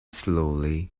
slowly